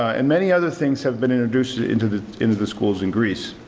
and many other things have been introduced into the into the schools in greece,